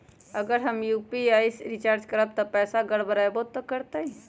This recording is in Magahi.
अगर हम यू.पी.आई से रिचार्ज करबै त पैसा गड़बड़ाई वो करतई?